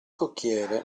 cocchiere